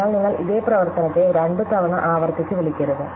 അതിനാൽ നിങ്ങൾ ഇതേ പ്രവർത്തനത്തെ രണ്ടുതവണ ആവർത്തിച്ച് വിളിക്കരുത്